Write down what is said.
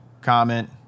comment